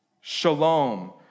shalom